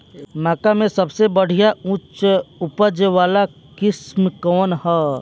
मक्का में सबसे बढ़िया उच्च उपज वाला किस्म कौन ह?